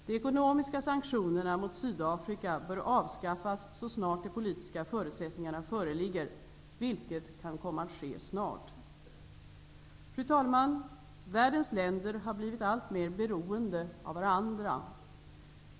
De ekonomiska sanktionerna mot Sydafrika bör avskaffas så snart de politiska förutsättningarna föreligger, vilket kan komma att ske snart. Fru talman! Världens länder har blivit alltmer beroende av varandra.